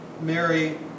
Mary